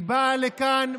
היא באה לכאן,